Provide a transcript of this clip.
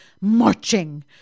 marching